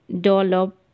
dollop